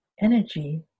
energy